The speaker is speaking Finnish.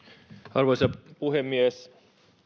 arvoisa puhemies